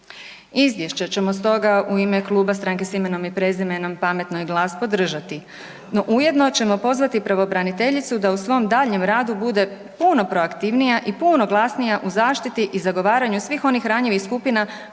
Izviješće ćemo stoga u ime Kluba Stranke s Imenom i Prezimenom, Pametno i GLAS podržati no ujedno ćemo pozvati pravobraniteljicu da u svom daljnjem radu bude proaktivnija i puno glasnija u zaštiti i zagovaranju svih onih ranjivih skupina